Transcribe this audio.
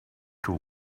two